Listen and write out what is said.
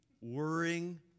Worrying